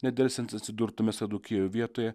nedelsiant atsidurtumėte tokioje vietoje